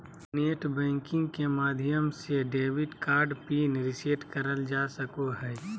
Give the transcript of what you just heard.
net banking के माध्यम से डेबिट कार्ड पिन रीसेट करल जा सको हय